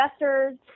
investors